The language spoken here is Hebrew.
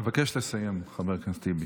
אבקש לסיים, חבר הכנסת טיבי.